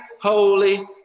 holy